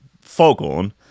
foghorn